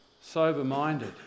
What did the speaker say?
sober-minded